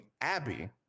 Abby